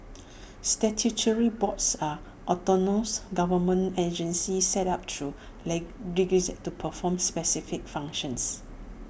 statutory boards are autonomous government agencies set up through to perform specific functions